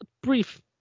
brief